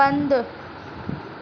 बंदि